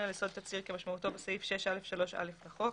על יסוד תצהיר" כמשמעותו בסעיף 6א3(א) לחוק".